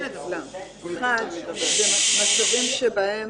--- מצבים שבהם